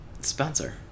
Spencer